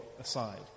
aside